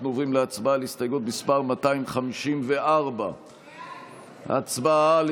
אנחנו עוברים להצבעה על הסתייגות 254. הצבעה על